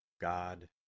God